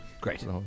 Great